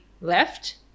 left